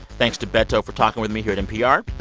thanks to beto for talking with me here at npr.